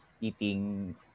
eating